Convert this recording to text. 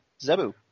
Zebu